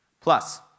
Plus